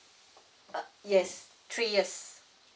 yes three years